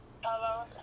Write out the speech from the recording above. Hello